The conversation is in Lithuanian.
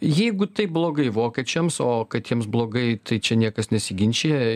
jeigu taip blogai vokiečiams o kad jiems blogai tai čia niekas nesiginčija